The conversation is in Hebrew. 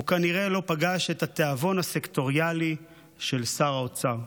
הוא כנראה לא פגש את התיאבון הסקטוריאלי של שר האוצר.